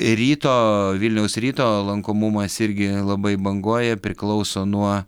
ryto vilniaus ryto komumas irgi labai banguoja priklauso nuo